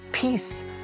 Peace